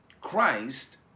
Christ